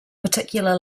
particular